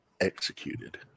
executed